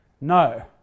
No